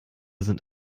sind